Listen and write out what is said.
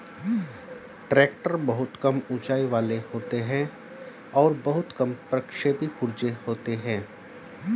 tractor बहुत कम ऊँचाई वाले होते हैं और बहुत कम प्रक्षेपी पुर्जे होते हैं